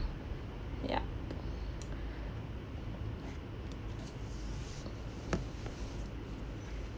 yup